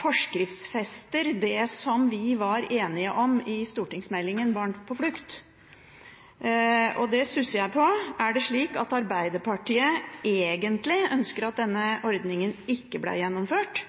forskriftsfester det vi var enige om i stortingsmeldingen Barn på flukt. Det stusser jeg over. Er det slik at Arbeiderpartiet egentlig ønsker at denne ordningen ikke hadde blitt gjennomført,